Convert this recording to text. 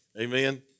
Amen